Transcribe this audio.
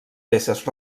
peces